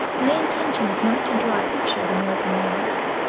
my intention is not to draw a picture of american manners,